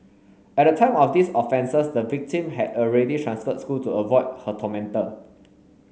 at the time of these offences the victim had already transferred schools to avoid her tormentor